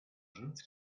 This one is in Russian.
жертв